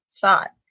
thought